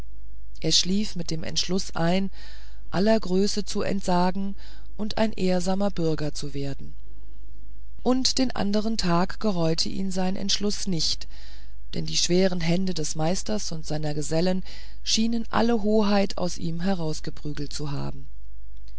er schlief mit dem entschluß ein aller größe zu entsagen und ein ehrsamer bürger zu werden und den andern tag gereute ihn sein entschluß nicht denn die schweren hände des meisters und seiner gesellen schienen alle hoheit aus ihm herausgeprügelt zu haben